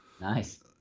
Nice